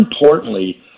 importantly